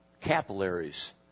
capillaries